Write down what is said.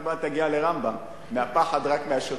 עוד מעט היא תגיע ל"רמב"ם" רק מהפחד מהשוטר.